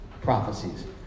prophecies